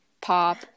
pop